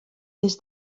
des